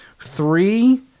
Three